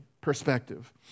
perspective